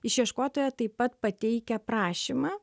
išieškotoja taip pat pateikia prašymą